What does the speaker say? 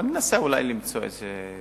אבל ננסה אולי למצוא איזו דרך.